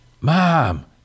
mom